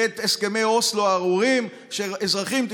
בעת הסכמי אוסלו הארורים: אזרחים,